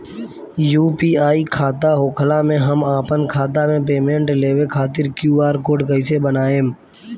UPI खाता होखला मे हम आपन खाता मे पेमेंट लेवे खातिर क्यू.आर कोड कइसे बनाएम?